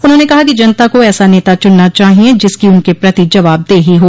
उन्होंने कहा कि जनता को ऐसा नेता चुनना चाहिये जिसकी उनके प्रति जवाबदेही हो